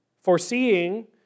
foreseeing